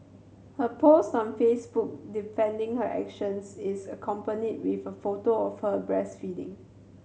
her post on Facebook defending her actions is accompanied with a photo of her breastfeeding